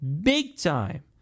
big-time